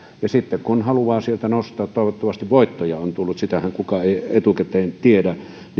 ja sitten kun haluaa sieltä nostaa toivottavasti voittoja on tullut sitähän kukaan ei etukäteen tiedä